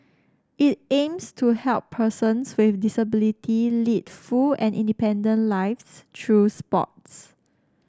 it aims to help persons with disability lead full and independent lives through sports